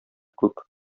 күп